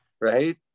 right